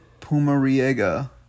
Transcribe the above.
Pumariega